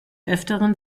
öfteren